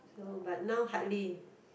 so but now hardly